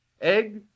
egg